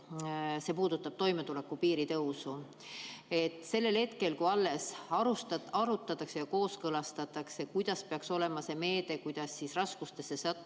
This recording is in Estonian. See puudutab toimetulekupiiri tõusu. Sellel hetkel, kui alles arutatakse ja kooskõlastatakse, milline peaks olema see meede, kuidas raskustesse sattunud